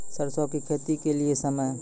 सरसों की खेती के लिए समय?